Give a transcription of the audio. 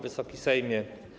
Wysoki Sejmie!